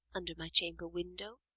under my chamber-window,